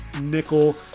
nickel